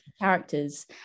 characters